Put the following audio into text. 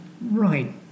Right